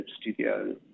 studio –